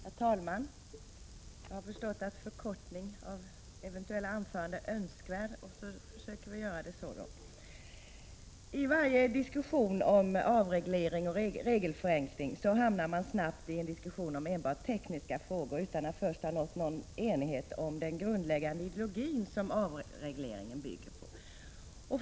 Herr talman! Jag har förstått att en förkortning av eventuella anföranden är önskvärd, varför också jag försöker att fatta mig kort. I varje diskussion om avreglering och regelförenkling hamnar man snabbt i en debatt om enbart tekniska frågor, utan att först ha nått någon enighet om den grundläggande ideologi som avregleringen bygger på.